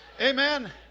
Amen